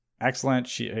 excellent